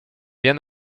bien